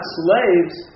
slaves